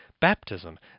baptism